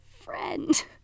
friend